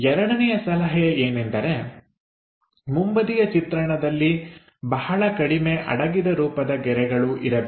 ಎರಡನೆಯ ಸಲಹೆ ಏನೆಂದರೆ ಮುಂಬದಿಯ ಚಿತ್ರಣದಲ್ಲಿ ಬಹಳ ಕಡಿಮೆ ಅಡಗಿದ ರೂಪದ ಗೆರೆಗಳು ಇರಬೇಕು